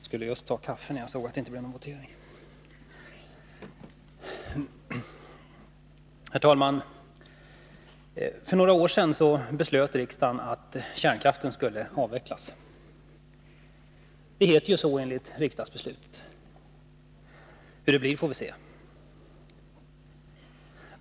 Herr talman! För några år sedan beslöt riksdagen att kärnkraften skulle avvecklas. Det heter så enligt riksdagsbeslutet. Hur det blir får vi se.